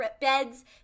beds